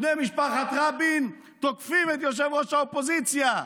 בני משפחת רבין תוקפים את ראש האופוזיציה,